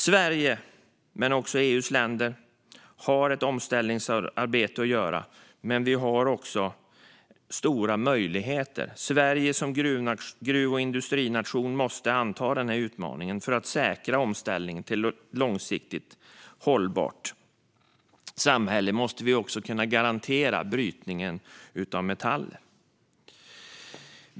Sverige men också EU:s övriga länder har ett omställningsarbete att göra, men vi har också stora möjligheter. Sverige som gruv och industrination måste anta denna utmaning. För att säkra omställningen till ett långsiktigt hållbart samhälle måste vi också kunna garantera brytningen av metaller.